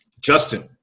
Justin